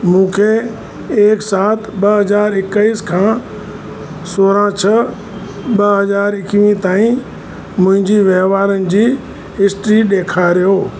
मूंखे एक सात ॿ हज़ार एकवीह खां सोरहं छह ॿ हज़ार एकवीह ताईं मुंहिंजी वहिंवारनि जी हिस्ट्री ॾेखारियो